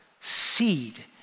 seed